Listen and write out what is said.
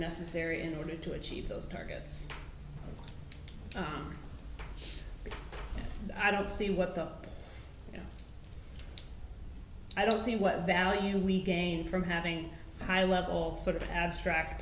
necessary in order to achieve those targets but i don't see what the i don't see what value we gain from having high level sort of abstract